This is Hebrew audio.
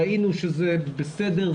ראינו שזה בסדר,